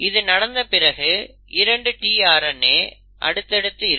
இது நடந்த பிறகு 2 tRNA அடுத்து அடுத்து இருக்கும்